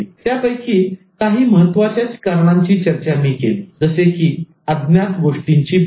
त्यापैकी काही महत्त्वाच्या कारणांची चर्चा मी केली होती जसे की अज्ञात गोष्टींची भीती